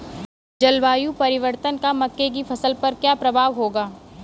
जलवायु परिवर्तन का मक्के की फसल पर क्या प्रभाव होगा?